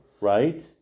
right